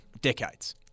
decades